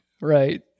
Right